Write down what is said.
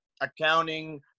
Accounting